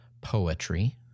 poetry